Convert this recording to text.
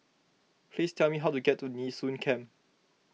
please tell me how to get to Nee Soon Camp